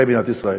מדינת ישראל.